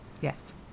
Yes